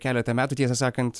keletą metų tiesą sakant